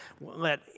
let